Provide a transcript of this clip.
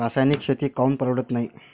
रासायनिक शेती काऊन परवडत नाई?